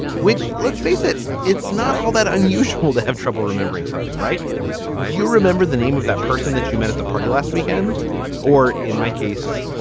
which let's face it, it's not all that unusual to have trouble remembering something. right do you remember the name of that person that you met at the party last weekend or in my case,